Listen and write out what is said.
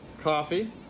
coffee